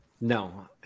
No